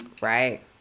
Right